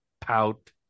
pout